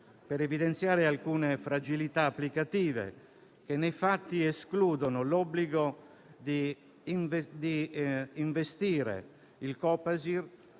per evidenziare alcune fragilità applicative che, nei fatti, escludono l'obbligo di investire il Copasir